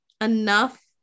enough